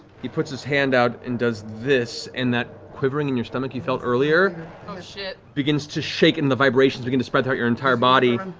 he puts his hand out and does this, and that quivering in your stomach you felt earlier begins to shake and the vibrations begin to spread through your entire body.